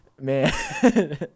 Man